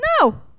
No